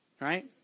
right